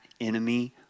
enemy